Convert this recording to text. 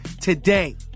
today